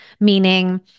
meaning